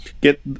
get